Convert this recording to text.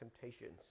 temptations